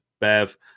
Bev